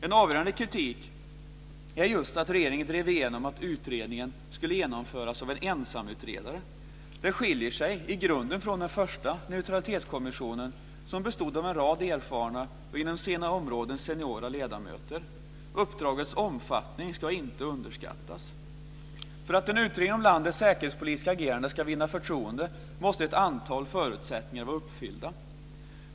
En avgörande kritik är att regeringen drev igenom att utredningen skulle genomföras av en ensamutredare. Detta skiljer sig i grunden från den första neutralitetskommissionen, som bestod av en rad erfarna ledamöter, som är seniorer inom sina områden. Uppdragets omfattning ska inte underskattas. För att en utredning om landets säkerhetspolitiska agerande ska vinna förtroende måste ett antal förutsättningar vara uppfyllda.